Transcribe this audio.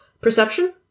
perception